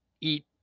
eat